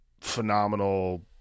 phenomenal